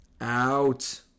out